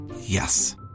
Yes